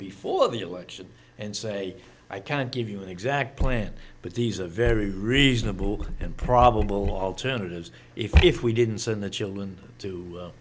of the election and say i can't give you an exact plan but these are very reasonable and probable alternatives if we didn't send the children to